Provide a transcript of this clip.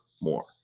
more